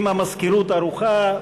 אם המזכירות ערוכה,